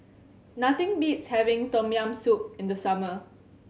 nothing beats having Tom Yam Soup in the summer